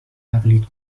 تقلید